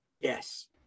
Yes